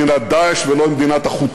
גם לא עם מדינת "דאעש" ולא עם מדינת החות'ים.